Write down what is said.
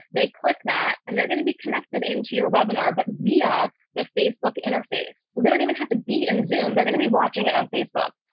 they click that and they're going to be connected into your webinar, but via the facebook interface, so they don't even have to be in zoom. they're going to be watching it on facebook,